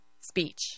speech